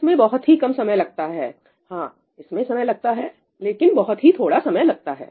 इसमें बहुत ही कम समय लगता है हां इसमें समय लगता है लेकिन बहुत ही थोड़ा समय लगता है